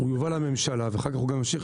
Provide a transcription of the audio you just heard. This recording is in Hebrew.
הוא יובא לממשלה ואחר-כך הוא גם ימשיך